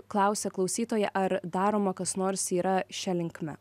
klausia klausytoja ar daroma kas nors yra šia linkme